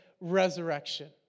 resurrection